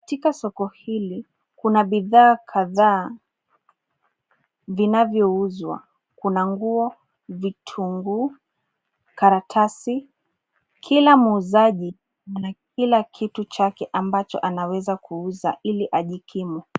Katika soko hili, kuna bidhaa kadhaa vinavyouzwa. Kuna nguo, vitunguu, karatasi. Kila muuzaji ana kila kitu chake ambacho anaweza kuuza ili ajikimu.